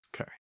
Okay